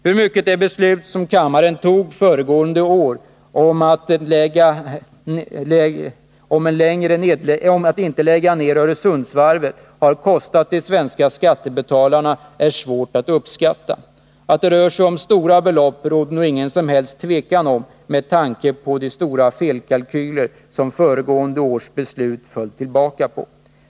Hur mycket det beslut som kammaren föregående år fattade om att inte lägga ned Öresundsvarvet har kostat de svenska skattebetalarna är svårt att uppskatta. Att det rör sig om stora belopp råder det inget som helst tvivel om med tanke på de stora felkalkyler som föregående års beslut föll tillbaka på.